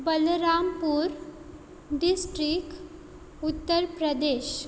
Balrampur district Uttar Pradesh